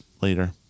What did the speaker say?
later